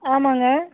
ஆமாம்ங்க